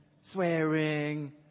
swearing